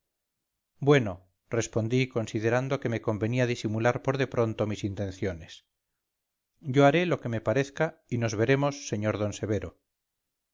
bueno respondí considerando que me convenía disimular por de pronto mis intenciones yo haré lo que me parezca y nos veremos sr d severo